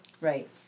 Right